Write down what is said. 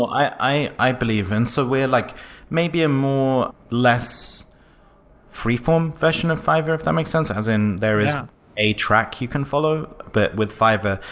i i believe. so we're like maybe a more less free-formed version of fiverr, if that makes sense, as in there is a track you can follow but with fiverr.